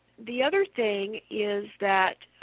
the other thing is that,